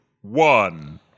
one